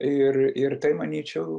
ir ir tai manyčiau